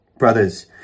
Brothers